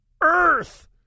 Earth